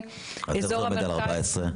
איך זה עומד על 14?